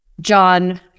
John